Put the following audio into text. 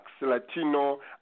Latino